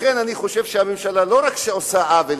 לכן אני חושב שהממשלה לא רק עושה עוול,